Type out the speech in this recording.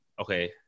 okay